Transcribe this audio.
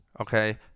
okay